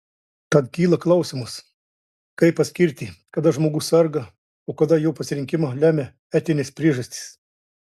tad kyla klausimas kaip atskirti kada žmogus serga o kada jo pasirinkimą lemia etinės priežastys